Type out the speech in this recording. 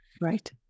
Right